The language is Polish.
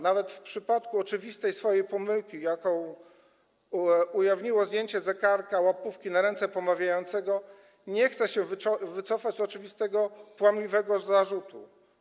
Nawet w przypadku oczywistej swojej pomyłki, jaką ujawniło zdjęcie zegarka łapówki na ręce pomawiającego, nie chce się wycofać z oczywistego kłamliwego zarzutu.